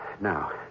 Now